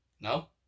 no